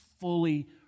fully